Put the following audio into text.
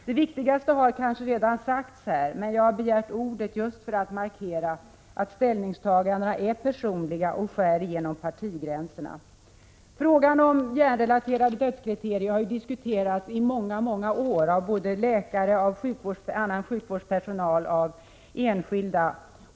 Det viktigaste har kanske redan sagts här, men jag har begärt ordet just för att markera att ställningstagandena är personliga och skär genom partigränserna. Frågan om hjärnrelaterade dödskriterier har diskuterats under många år av både läkare, annan sjukvårdspersonal och enskilda.